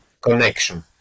Connection